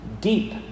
Deep